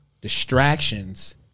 distractions